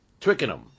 Twickenham